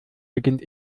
beginnt